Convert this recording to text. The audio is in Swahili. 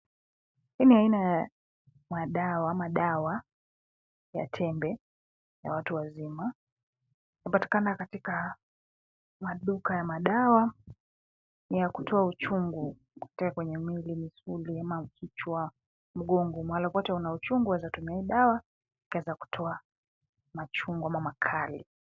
Hii ni aina ya, madawa ama dawa, ya tembe, ya watu wazima, hupatikana katika, maduka ya madawa, ni ya kutoa uchungu, kutia kwenye mwili, misuli ama kichwa, mgongo mahala popote una uchungu waweza tumia hii dawa, itaweza kutoa, mauchungu ama makali.